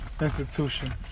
institution